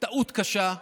טעות קשה.